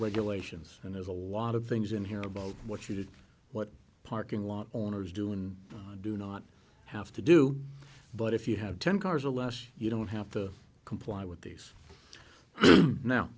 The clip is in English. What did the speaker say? regulations and there's a lot of things in here about what you did what parking lot owners do and do not have to do but if you have ten cars or less you don't have to comply with these now